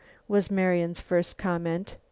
was marian's first comment.